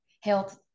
health